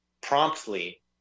promptly